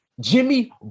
Jimmy